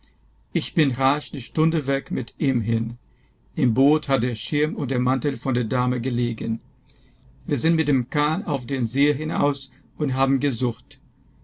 ich bin rasch die stunde weg mit ihm hin im boot hat der schirm und der mantel von der dame gelegen wir sind mit dem kahn auf den see hinaus und haben gesucht